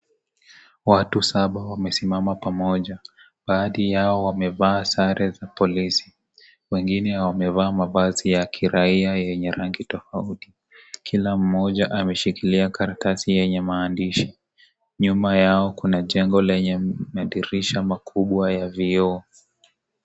Watu saba wamesimama pamoja, baadhi yao wamevaa sare ya polisi , wengine wamevaa mavazi ya kiraia yenye rangi tofauti. Kila mmoja ameshikilia karatasi yenye maandishi ,nyuma Yao kuna jengo lenye madirisha makubwa ya vioo.